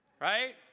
right